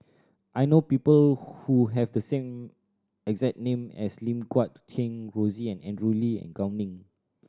I know people who have the same exact name as Lim Guat Kheng Rosie Andrew Lee and Gao Ning